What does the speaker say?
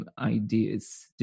ideas